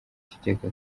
kigega